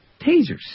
tasers